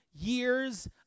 years